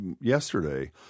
yesterday